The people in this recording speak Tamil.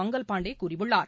மங்கள் பாண்டேகூறியுள்ளார்